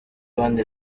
one